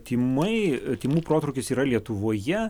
tymai tymų protrūkis yra lietuvoje